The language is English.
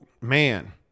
man